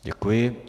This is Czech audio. Děkuji.